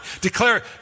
Declare